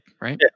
Right